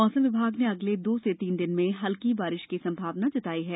मौसम विभाग ने अगले दो से तीन दिन में हल्की बारिश की संभावना भी जताई ै है